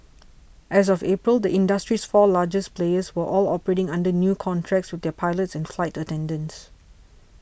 as of April the industry's four largest players were all operating under new contracts with their pilots and flight attendants